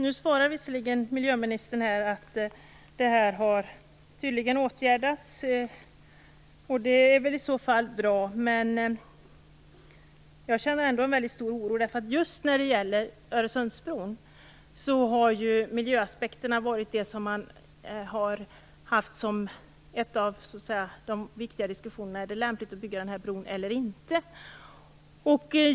Nu svarar miljöministern att det här tydligen har åtgärdats, och det är väl i så fall bra, men jag känner ändå en väldigt stor oro. Just när det gäller Öresundsbron har miljöaspekterna varit en av de viktiga diskussionsfrågorna när det gällt om det är lämpligt att bygga den här bron eller inte.